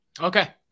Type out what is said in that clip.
Okay